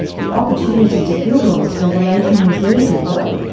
the opportunity to build on this revelation was limited though,